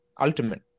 ultimate